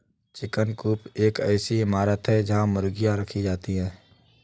chicken coop एक ऐसी इमारत है जहां मुर्गियां रखी जाती हैं